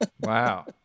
wow